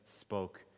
spoke